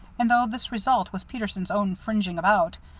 and though this result was peterson's own bringing about,